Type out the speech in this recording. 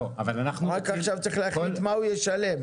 רק שעכשיו צריך להחליט מה הוא ישלם.